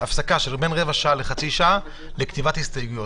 נעשה הפסקה של בין רבע שעה לחצי שעה לכתיבת ההסתייגויות.